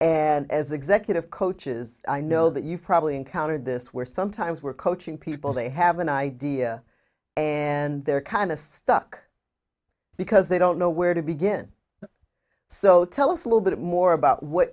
and as executive coaches i know that you've probably encountered this where sometimes we're coaching people they have an idea and they're kind of stuck because they don't know where to begin so tell us a little bit more about what